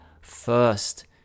first